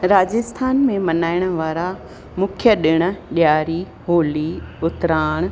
राजस्थान में मल्हाइण वारा मुख्य ॾिण ॾियारी होली उतराण